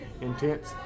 intense